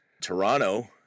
Toronto